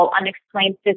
unexplained